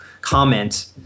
comment